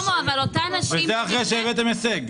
וזה אחרי שהבאתם הישג.